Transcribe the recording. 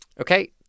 Okay